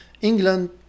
England